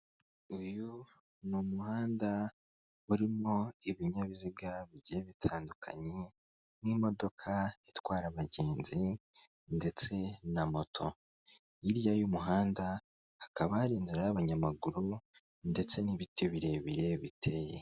Uyu ni umuhanda urimo ibinyabiziga bigijye bitandukanye n'imodoka itwara abagenzi ndetse na moto hirya y'umuhanda hakaba hari inzira y'abanyamaguru ndetse n'ibiti birebire biteye.